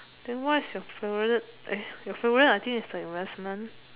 then what is your favourite eh your favourite I think is like Western